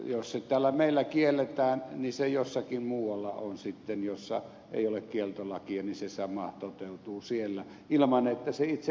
jos se kerjääminen täällä meillä kielletään niin se sama jossakin muualla sitten missä ei ole kieltolakia toteutuu ilman että se itse ongelma poistuu